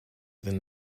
then